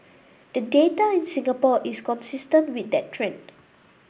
the data in Singapore is consistent with that trend